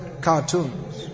cartoons